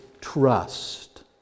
trust